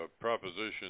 proposition